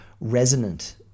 resonant